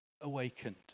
awakened